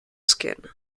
skin